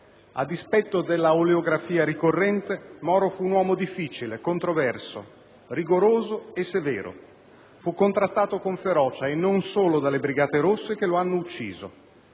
A dispetto dell'oleografia ricorrente, Moro fu un uomo difficile, controverso, rigoroso e severo. Fu contrastato con ferocia, e non solo dalle brigate rosse che lo hanno ucciso.